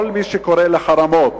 כל מי שקורא לחרמות,